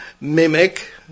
mimic